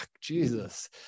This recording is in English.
Jesus